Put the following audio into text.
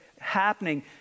happening